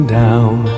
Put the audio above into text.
down